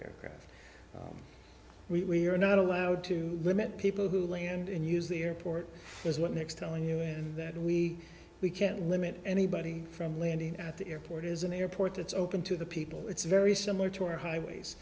aircraft we are not allowed to limit people who land and use the airport is what next telling us that we we can't limit anybody from landing at the airport is an airport that's open to the people it's very similar to our highways